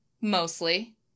mostly